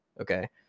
okay